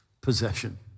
possession